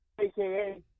aka